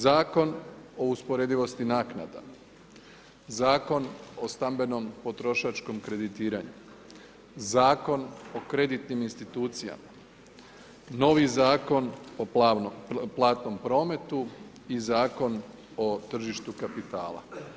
Zakon o usporedivosti naknada, Zakon o stambenom potrošačkom kreditiranju, Zakon o kreditnim institucijama, novi Zakon o platnom prometu i Zakon o tržištu kapitala.